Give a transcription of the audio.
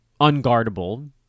unguardable